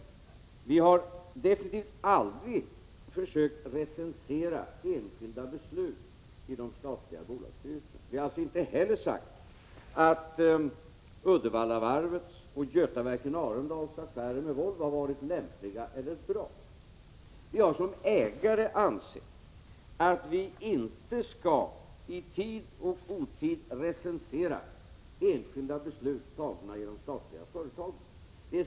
Regeringen har definitivt aldrig försökt recensera enskilda beslut i de statliga bolagsstyrelserna. Vi har alltså inte heller sagt att Uddevallavarvets och Götaverken Arendals affärer med Volvo har varit lämpliga eller bra. Som ägare har vi ansett att vi inte i tid och otid skall recensera enskilda beslut tagna i de statliga företagen.